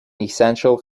essential